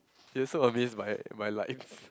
you're so amazed by by light